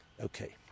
Okay